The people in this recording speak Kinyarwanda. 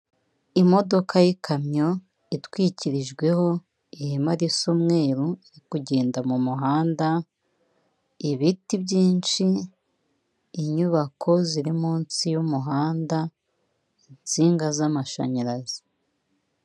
Imodoka y'ikamyo itwikirijweho ihema risa umweru iri kugenda mu muhanda ibiti byinshi, inyubako ziri munsi y'umuhanda insinga z'amashanyarazi.